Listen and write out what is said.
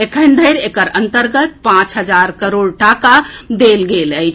एखनधरि एकर अंतर्गत पांच हजार करोड़ टाका देल गेल अछि